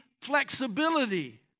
flexibility